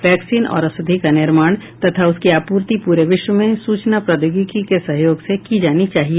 vaccine और औषधि का निर्माण तथा उनकी आपूर्ति पूरे विश्व में सूचना प्रौद्योगिकी के सहयोग से की जानी चाहिए